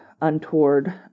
untoward